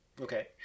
Okay